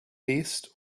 based